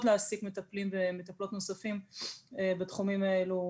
להעסיק מטפלים ומטפלות נוספים בתחומים האלו,